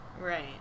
Right